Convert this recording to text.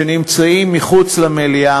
שנמצאים מחוץ למליאה,